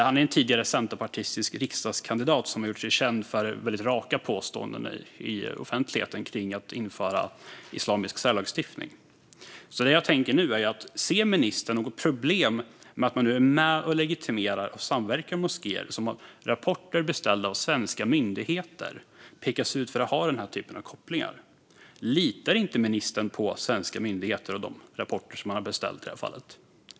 Han är en tidigare centerpartistisk riksdagskandidat som gjort sig känd för väldigt raka påståenden i offentligheten om att införa islamisk särlagstiftning. Det jag tänker nu är: Ser ministern något problem med att man är med och legitimerar och samverkar med moskéer som i rapporter beställda av svenska myndigheter pekas ut för att ha den här typen av kopplingar? Litar inte ministern på svenska myndigheter och de rapporter som man har beställt i det här fallet?